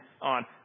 on